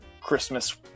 Christmas